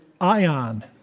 ion